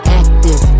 active